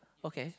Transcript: okay